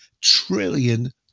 trillion